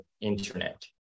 internet